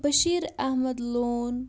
Bashir Ahmad لون